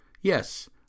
Yes